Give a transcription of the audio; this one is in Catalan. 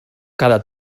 cada